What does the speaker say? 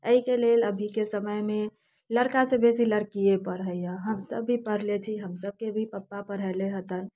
एहिके लेल अभीके समयमे लड़का से बेसी लड़किए पढ़ैया हमसब भी पढले छी हमसबके भी पप्पा पढ़ेले हतनि